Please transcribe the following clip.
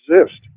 exist